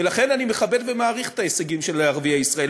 ולכן אני מכבד ומעריך את ההישגים של ערביי ישראל.